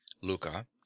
luca